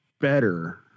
better